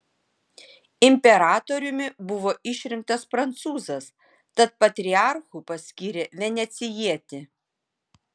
imperatoriumi buvo išrinktas prancūzas tad patriarchu paskyrė venecijietį